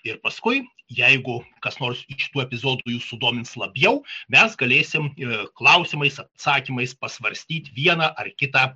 ir paskui jeigu kas nors iš tų epizodų jus sudomins labiau mes galėsim klausimais atsakymais pasvarstyt vieną ar kitą